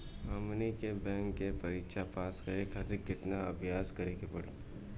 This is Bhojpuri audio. हमनी के बैंक के परीक्षा पास करे खातिर केतना अभ्यास करे के पड़ी?